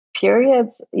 periods